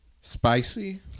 Spicy